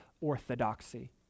orthodoxy